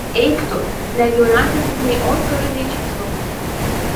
eik tu ne giminaitis jis nei oskarui nei česlovui